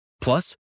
Plus